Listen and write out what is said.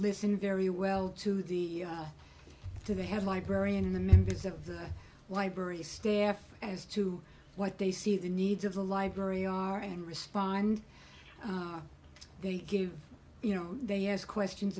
listen very well to the to the head librarian and the members of the library staff as to what they see the needs of the library are and respond they give you know they ask questions